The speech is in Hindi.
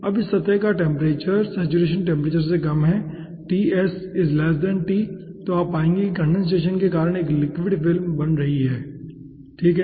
अब इस सतह का टेम्परेचर सैचुरेशन टेम्परेचर से कम हैTs T तो आप पाएंगे कि कंडेनसेशन के कारण एक लिक्विड फिल्म बन रही है ठीक है